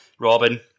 Robin